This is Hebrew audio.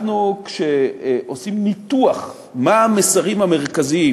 כשאנחנו עושים ניתוח מה המסרים המרכזיים